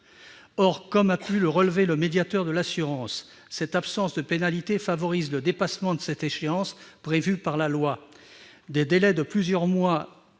Or, comme a pu le relever le médiateur de l'assurance, cette absence de pénalité favorise le dépassement de cette échéance prévue par la loi. Des délais de plusieurs mois,